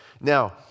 Now